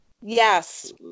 Yes